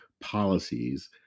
policies